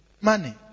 Money